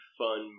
fun